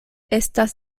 estas